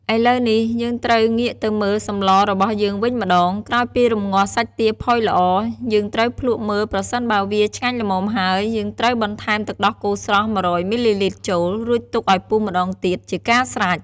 ឥឡូវនេះ យើងត្រូវងាកទៅមើលសម្លរបស់យើងវិញម្ដង ក្រោយពីរំងាស់សាច់ទាផុយល្អ យើងត្រូវភ្លក់មើលប្រសិនបើវាឆ្ងាញ់ល្មមហើយ យើងត្រូវបន្ថែមទឹកដោះគោស្រស់ ១០០មីលីលីត្រចូល រួចទុកឱ្យពុះម្ដងទៀតជាការស្រេច។